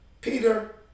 Peter